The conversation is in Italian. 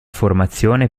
formazione